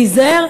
להיזהר,